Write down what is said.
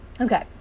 Okay